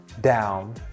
down